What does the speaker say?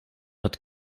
hat